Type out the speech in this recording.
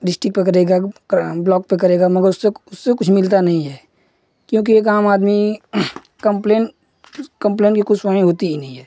district पर करेगा कि ब्लॉक पर करेगा मगर उससे उससे कुछ मिलता नहीं है क्योंकि एक आम आदमी कम्प्लेन कम्प्लेन की कुछ सुनवाई होती ही नहीं है